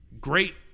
Great